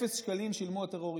אפס שקלים שילמו הטרוריסטים.